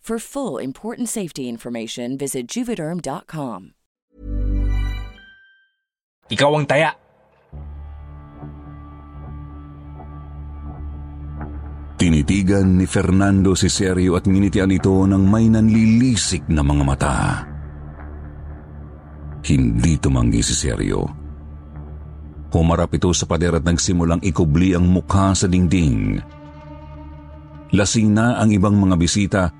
For full important safety information, visit juvederm.com. Ikaw ang taya. Tinitigan ni Fernando si Sergio at nginitian ito ng may nanlilisik na mga mata. Hindi tumanggi si Sergio. Humarap ito sa pader at nagsimulang ikubli ang mukha sa dingding. Lasing na ang ibang mga bisita.